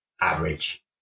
average